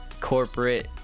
corporate